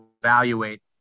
evaluate